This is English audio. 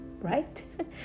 right